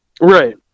Right